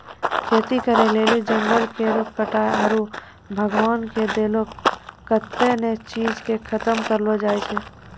खेती करै लेली जंगल केरो कटाय आरू भगवान के देलो कत्तै ने चीज के खतम करलो जाय छै